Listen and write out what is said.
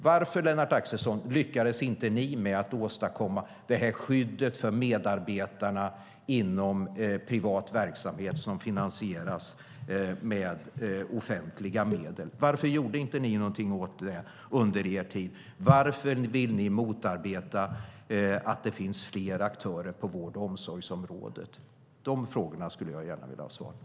Varför, Lennart Axelsson, lyckades ni inte åstadkomma detta skydd för medarbetarna inom privat verksamhet som finansieras med offentliga medel? Varför gjorde ni ingenting åt det under er tid vid makten? Varför vill ni motarbeta att det finns fler aktörer på vård och omsorgsområdet? De frågorna skulle jag gärna vilja ha svar på.